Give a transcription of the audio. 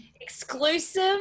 Exclusive